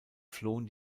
flohen